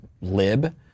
lib